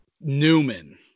Newman